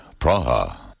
Praha